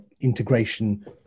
integration